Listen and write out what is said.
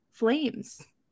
Flames